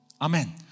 Amen